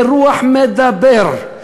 לרוח מְדַבֵּר.